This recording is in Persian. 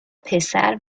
پسر